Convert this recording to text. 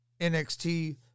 NXT